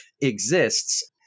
exists